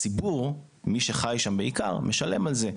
הציבור, מי שחי שם בעיקר, משלם על זה.